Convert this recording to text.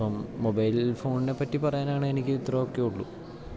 അപ്പം മൊബൈൽ ഫോണിനെപ്പറ്റി പറയാനാണെ എനിക്ക് ഇത്രയൊക്കെ ഉള്ളൂ